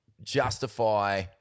justify